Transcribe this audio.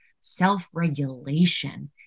self-regulation